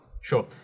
Sure